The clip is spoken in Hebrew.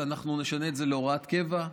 אנחנו נשנה את זה להוראת קבע.